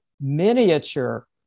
miniature